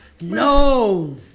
No